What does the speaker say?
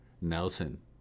Nelson